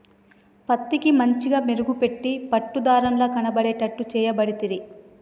పత్తికి మంచిగ మెరుగు పెట్టి పట్టు దారం ల కనబడేట్టు చేయబడితిరి